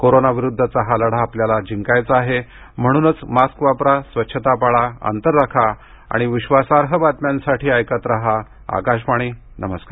कोरोनाविरुद्धचा हा लढा आपल्याला जिंकायचा आहे म्हणूनच मास्क वापरा स्वच्छता पाळा अंतर राखा आणि विश्वासार्ह बातम्यांसाठी ऐकत रहा आकाशवाणी नमस्कार